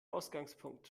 ausgangspunkt